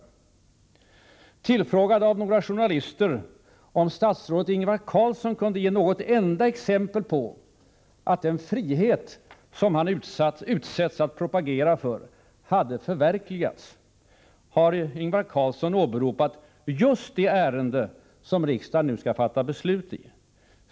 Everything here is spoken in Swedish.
Statsrådet Ingvar Carlsson blev tillfrågad av några journalister om han kunde ge något enda exempel på att den frihet han utsetts att propagera för hade förverkligats. Ingvar Carlsson åberopade just det ärende som riksdagen nu skall fatta beslut om.